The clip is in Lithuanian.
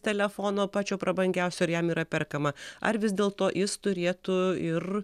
telefono pačio prabangiausio ir jam yra perkama ar vis dėlto jis turėtų ir